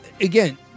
again